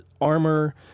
armor